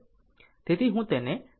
તેથી હું તેને સમજાવું છું